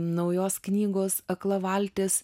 naujos knygos akla valtis